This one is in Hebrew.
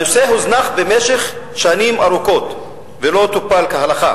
הנושא הוזנח במשך שנים ארוכות ולא טופל כהלכה.